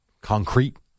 Concrete